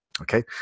Okay